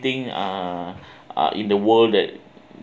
thing uh uh in the world that